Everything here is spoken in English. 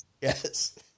Yes